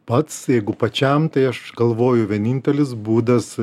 pats jeigu pačiam tai aš galvoju vienintelis būdas